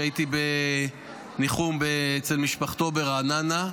שהייתי בניחום אצל משפחתו ברעננה.